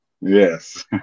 Yes